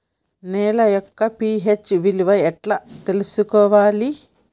నేల యొక్క పి.హెచ్ విలువ ఎట్లా తెలుసుకోవాలి?